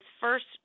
first